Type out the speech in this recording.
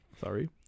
Sorry